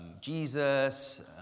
Jesus